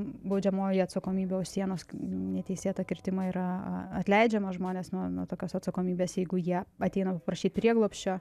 baudžiamoji atsakomybė už sienos neteisėtą kirtimą yra atleidžiama žmones nuo nuo tokios atsakomybės jeigu jie ateina paprašyt prieglobsčio